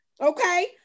okay